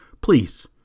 please